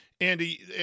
Andy